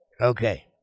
Okay